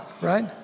right